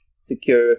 secure